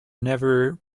never